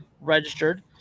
registered